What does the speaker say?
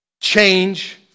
Change